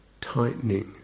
tightening